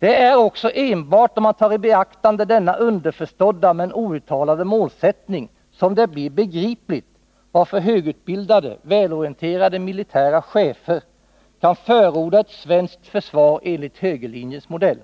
Det är också enbart om man tar i beaktande denna underförstådda, men outtalade målsättning som det blir begripligt varför högutbildade, välorienterade militära chefer kan förorda ett svenskt försvar enligt högerlinjens modell.